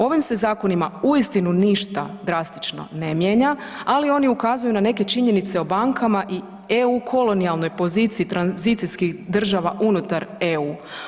Ovim se zakonima uistinu ništa drastično ne mijenja, ali on ukazuju na neke činjenice o bankama i EU kolonijalnoj poziciji tranzicijskih država unutar EU.